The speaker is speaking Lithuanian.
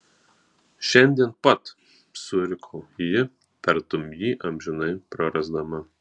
šiandien pat suriko ji tartum jį amžinai prarasdama